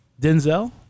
Denzel